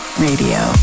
radio